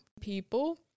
people